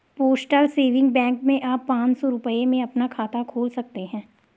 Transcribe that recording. postal saving bank में आप पांच सौ रूपये में अपना खाता खोल सकते हैं